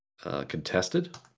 contested